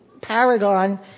paragon